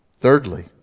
Thirdly